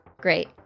Great